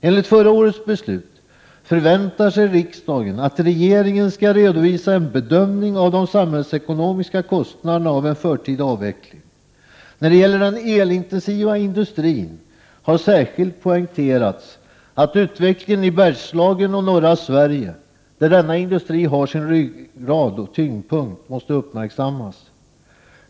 Enligt förra årets beslut förväntar sig riksdagen att regeringen skall redovisa en bedömning av de samhällsekonomiska kostnaderna av en förtida avveckling. När det gäller den elintensiva industrin har särskilt poängterats att utvecklingen i Bergslagen och norra Sverige, där denna industri har sin ryggrad och tyngdpunkt, måste uppmärksammas.